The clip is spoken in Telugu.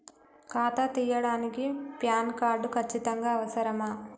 ఖాతా తీయడానికి ప్యాన్ కార్డు ఖచ్చితంగా అవసరమా?